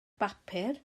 bapur